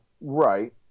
Right